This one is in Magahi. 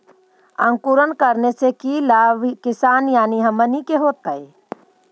अंकुरण करने से की लाभ किसान यानी हमनि के होतय?